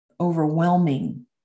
overwhelming